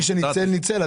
מי שניצל, ניצל.